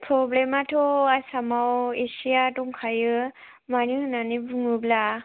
प्रब्लेमआथ' आसामाव एसेया दंखायो मानो होननानै बुङोब्ला